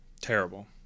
Terrible